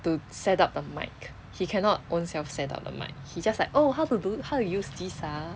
to set up the mike he cannot own self set up the mic he just like oh how to do how to use this ah